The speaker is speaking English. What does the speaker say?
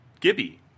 Gibby